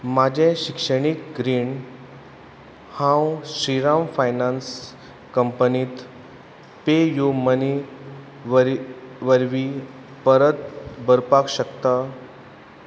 म्हजें शिक्षणीक रीण हांव श्रीराम फायनेन्स कंपनींत पे यू मनी वर वरवीं परत भरपाक शकता